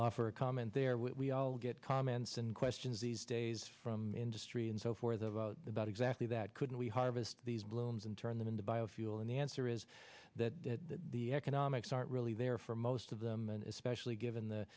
offer a comment there we all get comments and questions these days from industry and so forth about about exactly that couldn't we harvest these blooms and turn them into biofuel and the answer is that the economics aren't really there for most of them and especially given the